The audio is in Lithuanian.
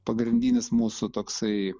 pagrindinis mūsų toksai